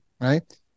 right